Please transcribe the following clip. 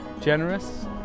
generous